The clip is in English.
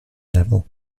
level